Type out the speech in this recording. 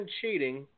cheating